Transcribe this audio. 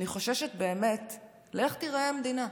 אני חוששת באמת לאיך תיראה המדינה,